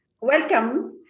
Welcome